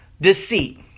deceit